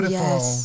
yes